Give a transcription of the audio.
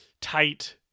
tight